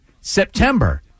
September